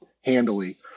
handily